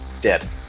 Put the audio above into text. dead